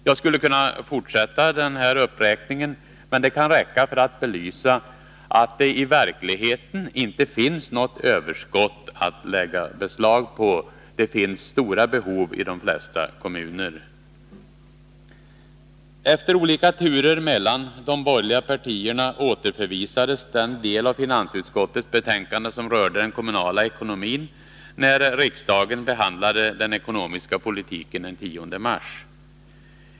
Jag skulle som sagt kunna fortsätta den här uppräkningen, men det här exemplet kan räcka för att belysa att det i verkligheten inte finns något överskott att lägga beslag på. Det finns stora behov i de flesta kommuner. Efter olika turer mellan de borgerliga partierna återförvisades den del av finansutskottets betänkande som rörde den kommunala ekonomin, när riksdagen den 10 mars behandlade den ekonomiska politiken.